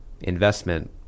investment